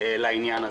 לעניין הזה.